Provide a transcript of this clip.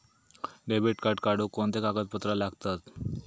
Debit card काढुक कोणते कागदपत्र लागतत?